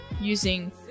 using